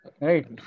Right